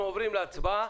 אנחנו עוברים להצבעה,